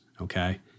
Okay